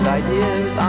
ideas